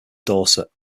dorset